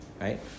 right